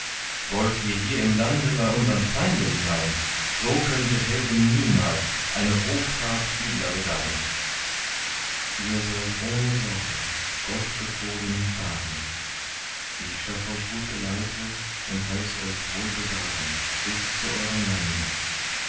wollt ihr hier im lande bei unsern feinden sein so könnte helden niemals eine hoffahrt übler gedeihn ihr sollt ohne sorge gott befohlen fahren ich schaff euch gut geleite und heiß euch wohl bewahren bis zu eurem lande